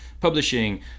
publishing